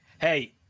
Hey